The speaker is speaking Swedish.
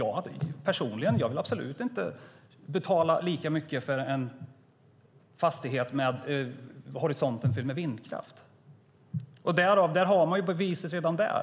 Jag personligen vill absolut inte betala lika mycket för en fastighet med horisonten fylld med vindkraft. Vi har beviset redan där.